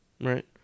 Right